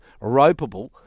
ropeable